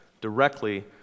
directly